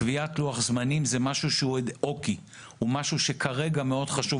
קביעת לוח זמנים זה משהו שהוא אד הוק,